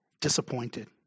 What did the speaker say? disappointed